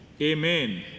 Amen